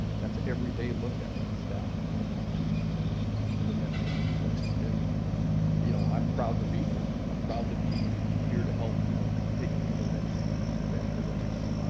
that's everyday looked at by the staff of omaha police department and the men and women that work. and you know i'm proud to be here. i'm proud to be here to help you know take us to the next event or the next